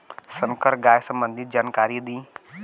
संकर गाय संबंधी जानकारी दी?